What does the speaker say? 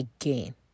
again